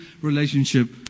relationship